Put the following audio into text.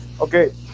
okay